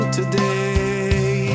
today